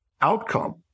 outcome